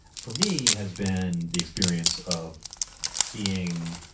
for me, has been the experience of seeing